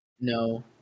No